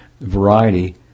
variety